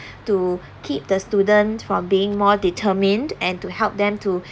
to keep the student from being more determined and to help them to